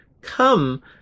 come